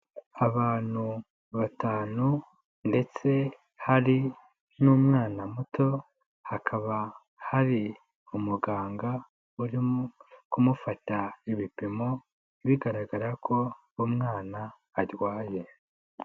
Abantu batanu ndetse hari n'umwana muto, hakaba hari umuganga urimo kumufata ibipimo, bigaragara ko umwana arwaye.